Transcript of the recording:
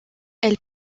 elle